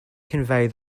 convey